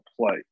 play